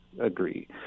agree